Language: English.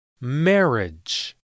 Marriage